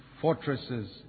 fortresses